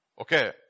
Okay